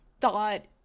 thought